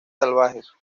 salvajes